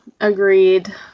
Agreed